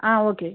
okay